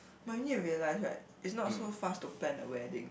but you need to realise right it's not so fast to plan a wedding